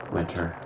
Winter